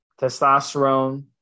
testosterone